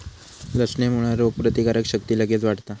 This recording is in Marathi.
लसणेमुळा रोगप्रतिकारक शक्ती लगेच वाढता